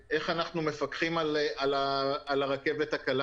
איך באוטובוס אתה יכול לשבת במרחק 2 מ' מבן